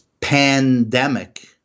pandemic